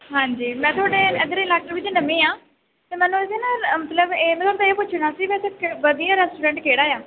ਹਾਂਜੀ ਮੈਂ ਤੁਹਾਡੇ ਇਧਰ ਇਲਾਕੇ ਵਿੱਚ ਨਵੀਂ ਹਾਂ ਅਤੇ ਮੈਨੂੰ ਨਾ ਮਤਲਬ ਇਹ ਪੁੱਛਣਾ ਸੀ ਮਤਲਬ ਵਧੀਆ ਰੈਸਟੋਰੈਂਟ ਕਿਹੜਾ ਆ